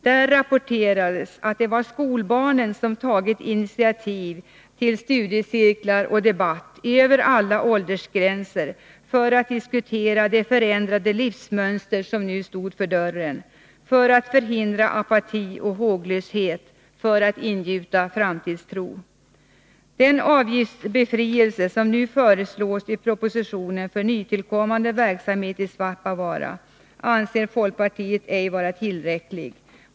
Där rapporterades att det var skolbarnen som tagit initiativ till studiecirklar och debatt, över alla åldersgränser, för att diskutera det förändrade livsmönster som nu stod för dörren, för att förhindra apati och håglöshet, för att ingjuta framtidstro. Den avgiftsbefrielse som nu föreslås i propositionen för nytillkommande verksamhet i Svappavaara anser folkpartiet vara otillräcklig.